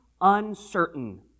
uncertain